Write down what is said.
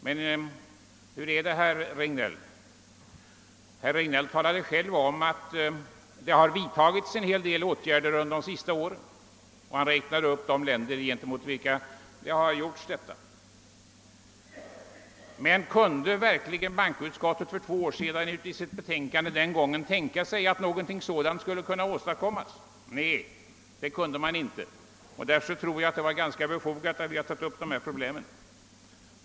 Men hur är det, herr Regnéll? Herr Regnéll talade själv om att en del åtgärder vidtagits under de senaste åren, och han räknade upp de länder gentemot vilka detta hade skett. Men kunde verkligen bankoutskottet för två år sedan i sitt betänkande den gången tänka sig att någonting sådant skulle kunna åstadkommas? Nej, det kunde man inte, och därför tror jag att det var ganska befogat av oss att ta upp dessa problem.